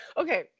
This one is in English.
Okay